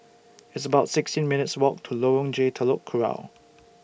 It's about sixteen minutes' Walk to Lorong J Telok Kurau